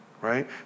right